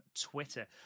Twitter